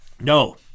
no